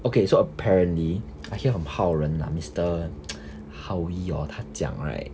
okay so apparently I hear from hao ren ah mister howie orh 他讲 right